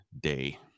day